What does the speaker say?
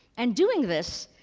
and doing this,